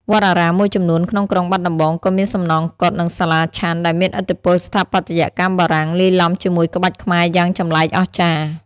វត្តអារាមមួយចំនួនក្នុងក្រុងបាត់ដំបង ក៏មានសំណង់កុដិ និងសាលាឆាន់ដែលមានឥទ្ធិពលស្ថាបត្យកម្មបារាំងលាយឡំជាមួយក្បាច់ខ្មែរយ៉ាងចម្លែកអស្ចារ្យ។